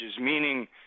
meaning